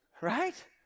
right